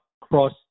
cross